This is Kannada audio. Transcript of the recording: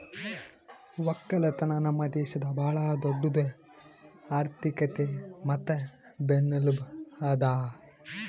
ಒಕ್ಕಲತನ ನಮ್ ದೇಶದ್ ಭಾಳ ದೊಡ್ಡುದ್ ಆರ್ಥಿಕತೆ ಮತ್ತ ಬೆನ್ನೆಲುಬು ಅದಾ